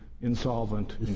insolvent